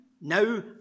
Now